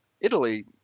Italy